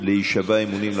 להישבע אמונים.